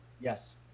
Yes